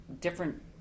different